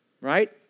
right